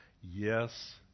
yes